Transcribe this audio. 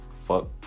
Fuck